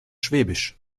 schwäbisch